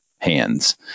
Hands